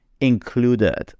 included